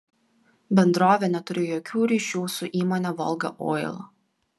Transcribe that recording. bendrovė neturi jokių ryšių su įmone volga oil